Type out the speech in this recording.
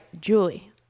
Julie